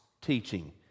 teaching